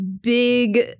big